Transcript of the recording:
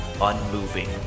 unmoving